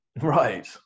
Right